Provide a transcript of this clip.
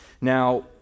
Now